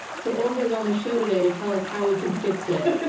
so olga's on the show today to tell us how we can fix it.